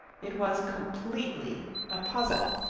it was completely a puzzle.